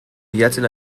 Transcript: bilatzen